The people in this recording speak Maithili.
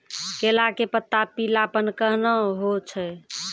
केला के पत्ता पीलापन कहना हो छै?